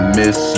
miss